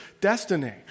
destiny